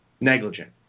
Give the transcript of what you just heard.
negligent